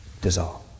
dissolve